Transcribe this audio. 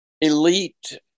elite